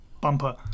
bumper